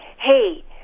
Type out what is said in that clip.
hey